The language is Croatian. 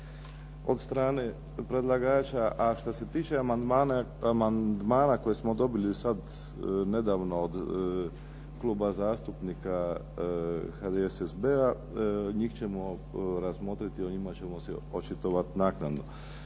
od strane predlagača. A što se tiče amandmana koje smo dobili sad nedavno od Kluba zastupnika HDSSB-a. Njih ćemo razmotriti, o njima ćemo se očitovati naknadno.